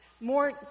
more